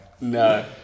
No